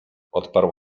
odparł